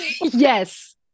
Yes